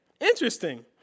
Interesting